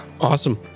Awesome